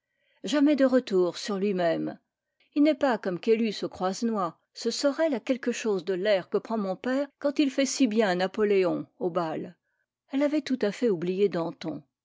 jamais de retour sur lui-même il n'est pas comme caylus ou croisenois ce sorel a quelque chose de l'air que prend mon père quand il fait si bien napoléon au bal elle avait tout à fait oublié danton